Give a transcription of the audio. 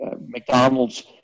McDonald's